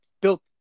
built